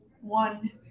one